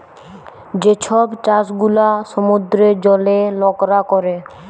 যে ছব চাষ গুলা সমুদ্রের জলে লকরা ক্যরে